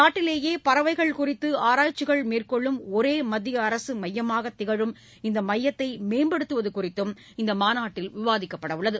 நாட்டிலேயே பறவைகள் குறித்து ஆராய்ச்சிகள் மேற்கொள்ளும் ஒரே ஒரு மத்திய அரசு மையமாக திகழும் இந்த மையத்தை மேம்படுத்துவது குறித்து இந்த மாநாட்டில் விவாதிக்கப்பட உள்ளது